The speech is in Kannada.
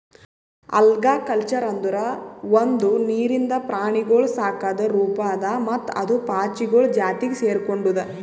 ಆಲ್ಗಾಕಲ್ಚರ್ ಅಂದುರ್ ಒಂದು ನೀರಿಂದ ಪ್ರಾಣಿಗೊಳ್ ಸಾಕದ್ ರೂಪ ಅದಾ ಮತ್ತ ಅದು ಪಾಚಿಗೊಳ್ ಜಾತಿಗ್ ಸೆರ್ಕೊಂಡುದ್